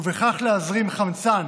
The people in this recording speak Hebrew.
ובכך להזרים חמצן